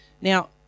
Now